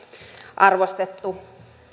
arvostettu